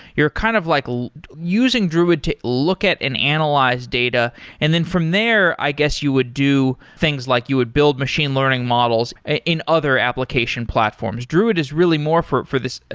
you're kind of like using druid to look at and analyze data and then from there, i guess you would do things like you would build machine learning models in other application platforms. druid is really more for for this,